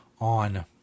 on